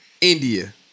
India